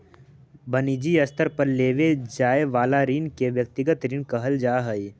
वनिजी स्तर पर लेवे जाए वाला ऋण के व्यक्तिगत ऋण कहल जा हई